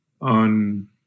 on